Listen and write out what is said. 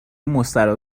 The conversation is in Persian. مستراح